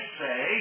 say